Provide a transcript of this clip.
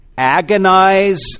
agonize